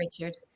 Richard